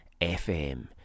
FM